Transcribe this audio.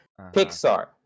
Pixar